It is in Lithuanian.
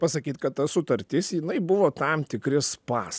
pasakyt kad ta sutartis jinai buvo tam tikri spąs